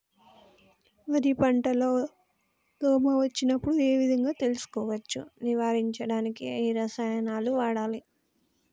వరి పంట లో దోమ వచ్చినప్పుడు ఏ విధంగా తెలుసుకోవచ్చు? నివారించడానికి ఏ రసాయనాలు వాడాలి?